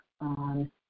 on